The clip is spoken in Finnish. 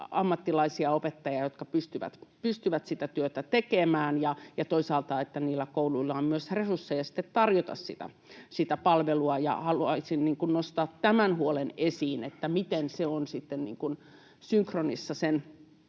ammattilaisia, opettajia, jotka pystyvät sitä työtä tekemään, ja toisaalta, että niillä kouluilla on myös resursseja sitten tarjota sitä palvelua. Haluaisin nostaa esiin tämän huolen, miten nämä resurssit ovat sitten synkronissa sen